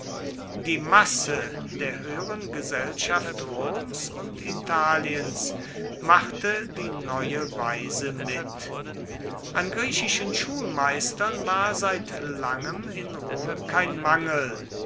die masse der höheren gesellschaft roms und italiens machte die neue weise mit an griechischen schulmeistern war seit langem in rom kein mangel